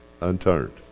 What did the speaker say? unturned